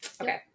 okay